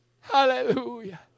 hallelujah